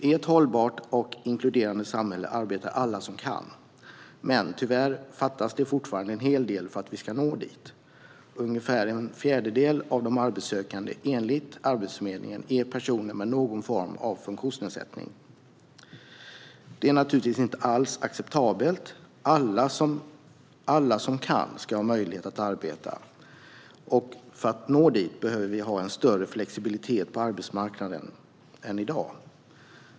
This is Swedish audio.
I ett hållbart och inkluderande samhälle arbetar alla som kan. Men tyvärr fattas det fortfarande en hel del för att vi ska nå dit. Ungefär en fjärdedel av de arbetssökande är enligt Arbetsförmedlingen personer med någon form av funktionsnedsättning. Det är naturligtvis inte alls acceptabelt. Alla som kan ska ha möjlighet att arbeta. För att nå dit behöver vi ha en större flexibilitet på arbetsmarknaden än i dag.